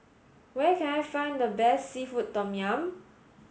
where can I find the best seafood tom yum